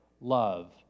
love